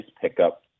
pickup